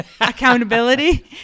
accountability